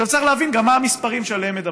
צריך להבין גם מה המספרים שעליהם מדברים.